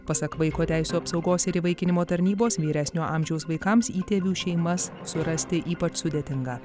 pasak vaiko teisių apsaugos ir įvaikinimo tarnybos vyresnio amžiaus vaikams įtėvių šeimas surasti ypač sudėtinga